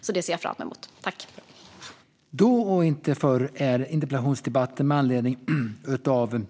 Jag ser fram emot fortsatta debatter.